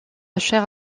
chère